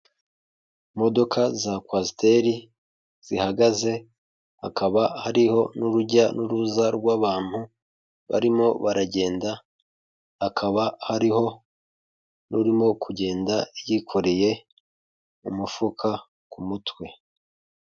Imodoka za Coaster zihagaze, hakaba hariho n'urujya n'uruza rw'abantu, barimo baragenda, hakaba hariho n'urimo kugenda, yikoreye umufuka ku mutwe.